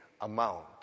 amount